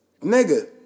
Nigga